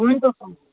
हुन्छ सर